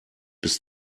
bis